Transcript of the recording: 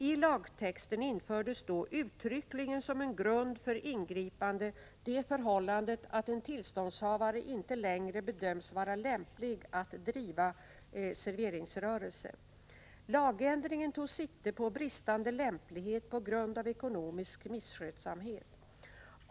I lagtexten infördes då uttryckligen som en grund för ingripande det förhållandet att en tillståndshavare inte längre bedöms vara lämplig att driva serveringsrörelse. Lagändringen tog sikte på bristande lämplighet på grund av ekonomisk misskötsamhet.